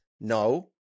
No